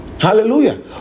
Hallelujah